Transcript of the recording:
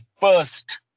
first